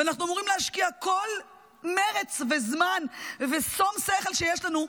ואנחנו אמורים להשקיע כל מרץ וזמן ושום שכל שיש לנו,